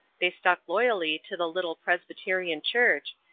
they stuck loyally to the little presbyterian church,